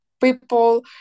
People